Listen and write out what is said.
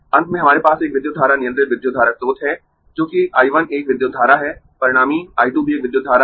अंत में हमारे पास एक विद्युत धारा नियंत्रित विद्युत धारा स्त्रोत है क्योंकि I 1 एक विद्युत धारा है परिणामी I 2 भी एक विद्युत धारा है